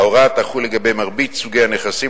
ההוראה תחול לגבי מרבית סוגי הנכסים,